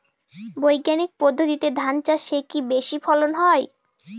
বৈজ্ঞানিক পদ্ধতিতে ধান চাষে কি বেশী ফলন হয়?